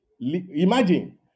Imagine